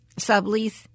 sublease